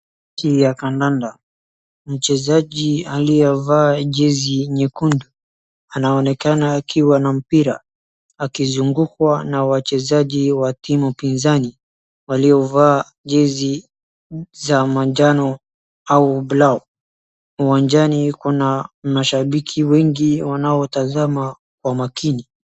Mechi ya kandanda. Mchezaji aliye vaa jezi nyekundu anaonekana akiwa na mpira akizungukwa na wachezaji wa timu pinzani waliovaa jezi za manjano au brown . Uwanjani kuna mashabiki wengi wanao tazama kwa makini.